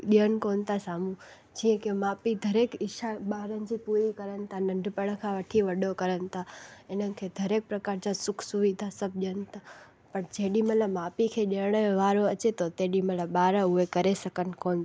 ॾियनि कोन था साम्हूं जीअं की माउ पीउ हर हिकु इछा ॿारनि जी पूरी करनि था नंढपणु खां वठी वॾो करनि था इन्हनि खे हर हिकु प्रकार जा सुख सुविधा सभु ॾियनि था पर जेॾीमहिल माउ पीउ खे ॾियणु वारो अचे थो तेॾीमहिल ॿार हुए करे सघनि कोन था